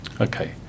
Okay